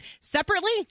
separately